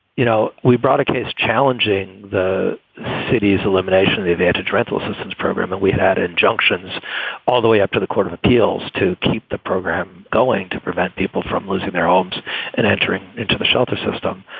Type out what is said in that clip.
you know, we brought a case challenging the city's elimination, the advantage rental assistance program that we've had injunctions all the way up to the court of appeals to keep the program going to prevent people from losing their homes and entering into the shelter system.